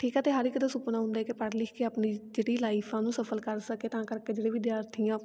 ਠੀਕ ਆ ਅਤੇ ਹਰ ਇੱਕ ਦਾ ਸੁਪਨਾ ਹੁੰਦਾ ਕਿ ਪੜ੍ਹ ਲਿਖ ਕੇ ਆਪਣੀ ਜਿਹੜੀ ਲਾਈਫ ਆ ਉਹਨੂੰ ਸਫਲ ਕਰ ਸਕੇ ਤਾਂ ਕਰਕੇ ਜਿਹੜੇ ਵਿਦਿਆਰਥੀਆਂ